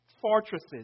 fortresses